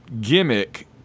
gimmick